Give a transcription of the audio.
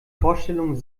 vorstellung